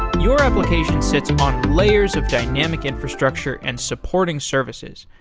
your application sits on layers of dynamic infrastructure and supporting services.